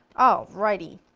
alrighty.